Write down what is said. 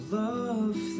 love